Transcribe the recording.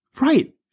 right